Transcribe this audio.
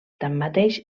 tanmateix